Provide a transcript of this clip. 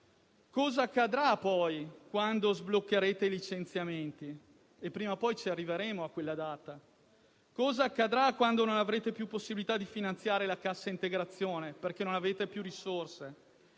Cosa accadrà poi quando sbloccherete i licenziamenti? Prima o poi ci arriveremo a quella data. Cosa accadrà quando non avrete più possibilità di finanziare la cassa integrazione, perché non avrete più risorse?